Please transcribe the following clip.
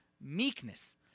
meekness